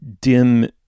dim